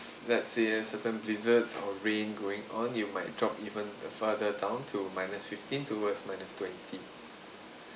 let's say certain blizzards or rain going on you might drop even uh further down to minus fifteen towards minus twenty